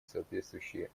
соответствующие